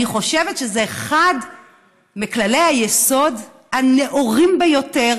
אני חושבת שזה אחד מכללי היסוד הנאורים ביותר